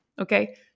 okay